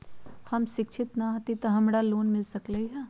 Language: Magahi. हम शिक्षित न हाति तयो हमरा लोन मिल सकलई ह?